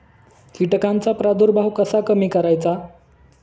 कीटकांचा प्रादुर्भाव कसा कमी करायचा?